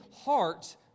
heart